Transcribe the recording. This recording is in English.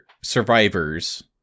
survivors